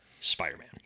Spider-Man